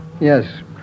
Yes